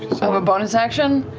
sort of a bonus action?